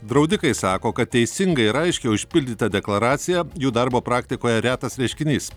draudikai sako kad teisingai ir aiškiai užpildyta deklaracija jų darbo praktikoje retas reiškinys